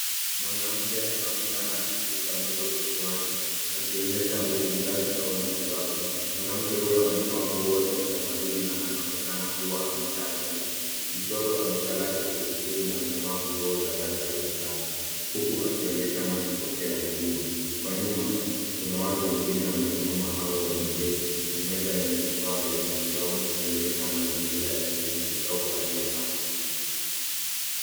Mwanamke anaonekana akishika mtoto kichwani akionyesha utunzaji au matibabu. Mwanamke huyo amevaa nguo za kitamaduni na anaonekana kuwa amekaa chini. Mtoto amelala kifudifudi na amevaa nguo za rangi ya manjano huku akionekana kupokea huduma. Kwa nyuma kuna watu wengine wamesimama au wameketi na meza yenye vifaa vya matibabu ikionyesha mazingira ya kliniki au kambi ya afya.